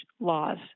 laws